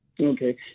Okay